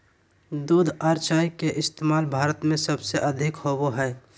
दूध आर चाय के इस्तमाल भारत में सबसे अधिक होवो हय